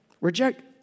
reject